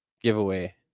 giveaway